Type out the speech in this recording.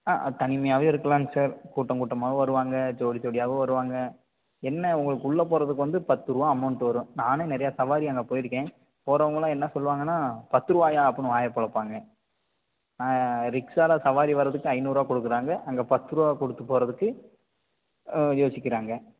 தனிமையாகவும் இருக்கலாம்க சார் கூட்டம் கூட்டமாகவும் வருவாங்க ஜோடி ஜோடியாகவும் வருவாங்க என்ன உங்களுக்கு உள்ளே போறதுக்கு வந்து பத்து ருபா அமௌண்ட்டு வரும் நானே நிறையா சவாரி அங்கே போயிருக்கேன் போகிறவங்கள்லாம் என்ன சொல்லுவாங்கனால் பத்து ரூபாயா அப்படின்னு வாயை பிளப்பாங்க ரிக்ஷாவில சவாரி வர்றதுக்கு ஐந்நூறுபா கொடுக்குறாங்க அங்கே பத்துருவா கொடுத்து போகிறதுக்கு யோசிக்கிறாங்க